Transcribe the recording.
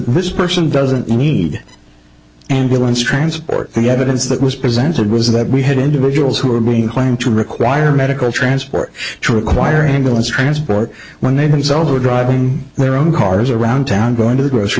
this person doesn't need and will once transport the evidence that was presented was that we had individuals who were being claimed to require medical transport to require ambulance transport when they themselves were driving their own cars around town going to the grocery